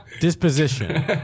Disposition